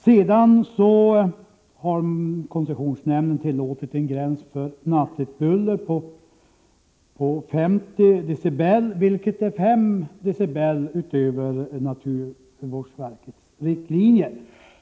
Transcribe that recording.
Vidare har koncessionsnämnden tillåtit en gräns för nattligt buller på 50 decibel, vilket är 5 decibel utöver naturvårdsverkets riktlinjer.